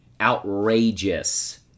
outrageous